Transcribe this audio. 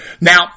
Now